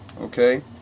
okay